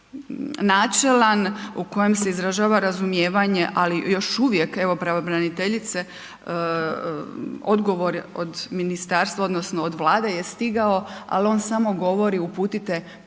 načelan u koje se izražava razumijevanje ali još uvije, evo pravobraniteljice, odgovor od ministarstva odnosno Vlade je stigao ali on samo govori uputite pitanje